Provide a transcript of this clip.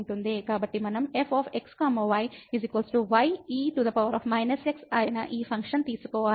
కాబట్టి మనం fx y ye x అయిన ఈ ఫంక్షన్ తీసుకోవాలి